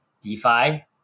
DeFi